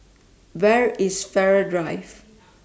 Where IS Farrer Drive